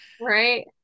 Right